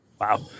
Wow